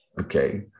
okay